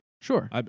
Sure